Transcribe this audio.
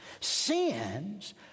Sins